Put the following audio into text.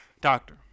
Doctor